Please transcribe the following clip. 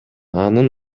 анын